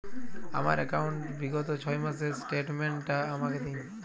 আমার অ্যাকাউন্ট র বিগত ছয় মাসের স্টেটমেন্ট টা আমাকে দিন?